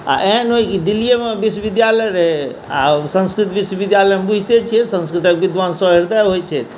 आओर एहन होइ की दिल्लिएमे विश्वविद्यालय रहै आओर संस्कृत विश्वविद्यालयमे बूझिते छियै संस्कृतक विद्वान सहृदय होइ छथि